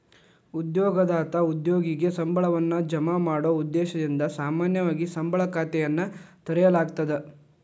ಉದ್ಯೋಗದಾತ ಉದ್ಯೋಗಿಗೆ ಸಂಬಳವನ್ನ ಜಮಾ ಮಾಡೊ ಉದ್ದೇಶದಿಂದ ಸಾಮಾನ್ಯವಾಗಿ ಸಂಬಳ ಖಾತೆಯನ್ನ ತೆರೆಯಲಾಗ್ತದ